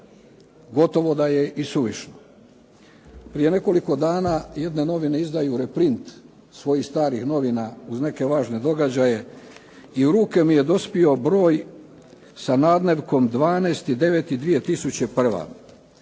gotovo da je i suvišno. Prije nekoliko dana jedne novine izdaju reprint svojih starih novina uz neke važne događaje i u ruke mi je dospio broj sa nadnevkom 12. 9. 2001.